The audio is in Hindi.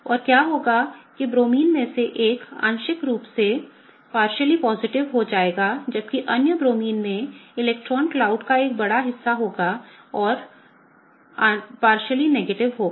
और क्या होगा कि ब्रोमाइंस में से एक आंशिक रूप से सकारात्मक हो जाएगा जबकि अन्य ब्रोमीन में इलेक्ट्रॉन क्लाउड का एक बड़ा हिस्सा होगा और आंशिक रूप से नकारात्मक होगा